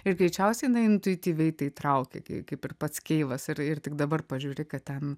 ir greičiausiai intuityviai tai traukia kai kaip ir pats keivas ir ir tik dabar pažiūri ką ten